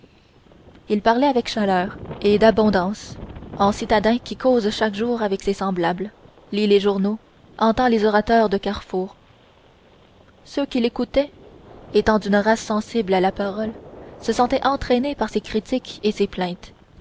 il parlait avec chaleur et d'abondance en citadin qui cause chaque jour avec ses semblables lit les journaux entend les orateurs de carrefour ceux qui l'écoutaient étant d'une race sensible à la parole se sentaient entraînés par ses critiques et ses plaintes